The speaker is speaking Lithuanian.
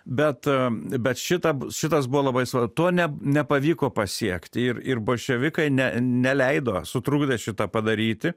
bet bet šita šitas buvo labai sva to ne nepavyko pasiekt ir ir bolševikai ne neleido sutrukdė šitą padaryti